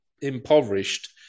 impoverished